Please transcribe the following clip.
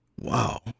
Wow